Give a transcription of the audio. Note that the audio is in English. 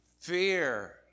fear